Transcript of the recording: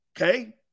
Okay